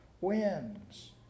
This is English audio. wins